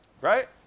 right